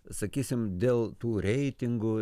sakysim dėl tų reitingų